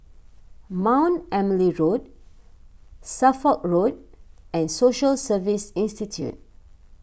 Mount Emily Road Suffolk Road and Social Service Institute